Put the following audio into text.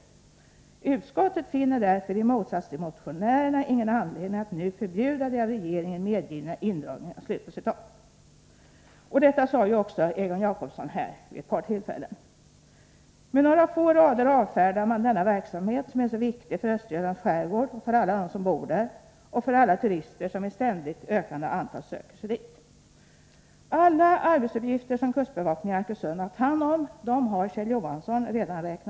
Utskottet finner därför i motsats till motionärerna ingen anledning att nu förbjuda de av regeringen medgivna indragningarna.” Detta har också Egon Jacobsson sagt vid ett par tillfällen under debatten. Med några få rader avfärdar man denna verksamhet, som är mycket viktig för Östergötlands skärgård, för alla som bor där och för alla turister — som i ständigt ökande antal söker sig dit. Kjell Johansson har redan räknat upp alla arbetsuppgifter som kustbevakningen i Arkösund har haft hand om, så den delen kan jag hoppa över.